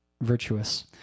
virtuous